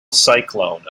cyclone